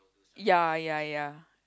ya ya ya